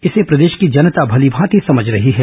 इसे प्रदेश की जनता भलीमांति समझ रही है